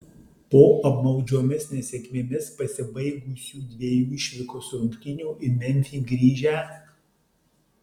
po apmaudžiomis nesėkmėmis pasibaigusių dviejų išvykos rungtynių į memfį grįžę